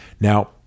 Now